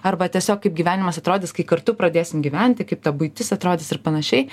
arba tiesiog kaip gyvenimas atrodys kai kartu pradėsim gyventi kaip ta buitis atrodys ir panašiai